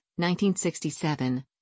1967